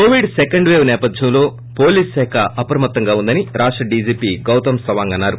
Covid second wave నేపథ్యంలో police శాఖ అప్రమత్తంగా ఉందని రాష్ట డీజీపీ గౌతం సవాంగ్ అన్నారు